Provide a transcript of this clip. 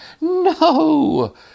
No